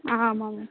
ஆமாம் மேம்